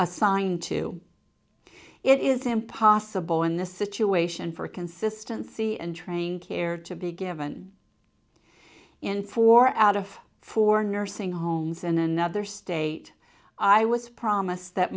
assigned to it is impossible in this situation for consistency and training care to be given in four out of four nursing homes in another state i was promised that